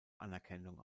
anerkennung